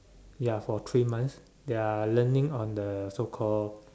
ya for three months they are learning on the so called